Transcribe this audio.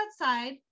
outside